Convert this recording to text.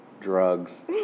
drugs